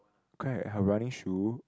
correct I have running shoe